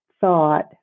thought